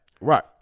Right